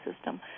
system